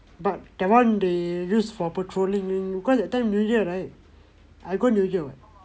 but that one they use for patrolling cause that time new year right I go new year what